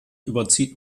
überzieht